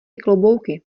klobouky